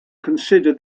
consider